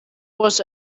was